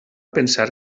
pensar